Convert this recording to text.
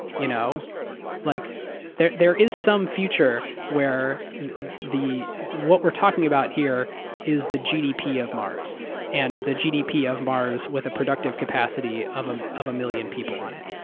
you know like there there is some future where what we're talking about here is the gdp of mars and the gdp of mars with a productive capacity of ah of a million people on it.